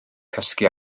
cysgu